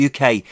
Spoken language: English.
uk